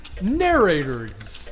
narrators